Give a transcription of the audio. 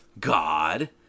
God